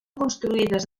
construïdes